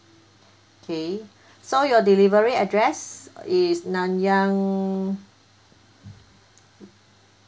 okay so your delivery address is nanyang